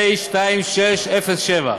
פ/2607.